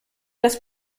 das